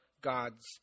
God's